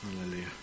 Hallelujah